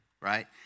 right